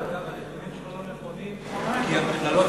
אגב, הנתונים שלך לא נכונים, כי המכללות